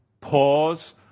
Pause